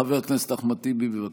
חבר הכנסת אחמד טיבי, בבקשה.